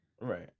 right